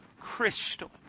crystal